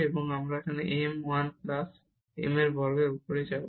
এবং আমরা এই m 1 প্লাস m বর্গের উপরে যাবো